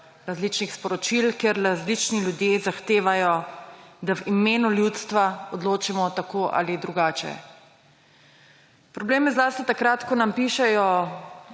različnih sporočil, kjer različni ljudje zahtevajo, da v imenu ljudstva odločimo tako ali drugače. Problem je zlasti takrat, ko nam pišejo